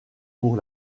pour